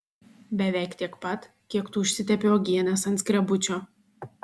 beveik tiek pat kiek tu užsitepi uogienės ant skrebučio